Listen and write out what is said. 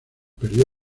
perdió